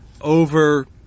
over